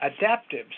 adaptive